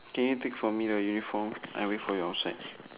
can you take for me the uniform I wait for you outside